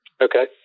okay